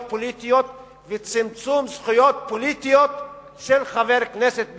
פוליטיות וצמצום זכויות פוליטיות של חבר כנסת בפרט.